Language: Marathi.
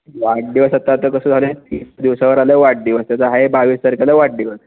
वाढदिवस आता तर कसं झालं आहे तीन दिवसावर आला आहे वाढदिवस त्याचा आहे बावीस तारखेला वाढदिवस